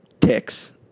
ticks